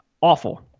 awful